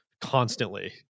constantly